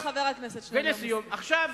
עכשיו,